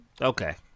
Okay